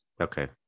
okay